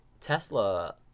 Tesla